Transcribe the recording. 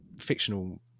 fictional